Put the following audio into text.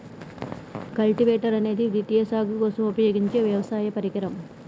cultivator అనేది ద్వితీయ సాగు కోసం ఉపయోగించే వ్యవసాయ పరికరం